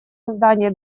создание